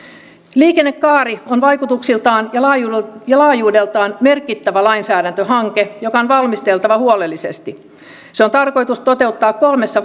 liikennekaari on vaikutuksiltaan ja laajuudeltaan ja laajuudeltaan merkittävä lainsäädäntöhanke joka on valmisteltava huolellisesti se on tarkoitus toteuttaa kolmessa